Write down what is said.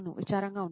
విచారంగా ఉంటాడు